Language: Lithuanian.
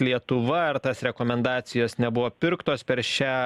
lietuva ar tas rekomendacijos nebuvo pirktos per šią